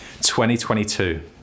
2022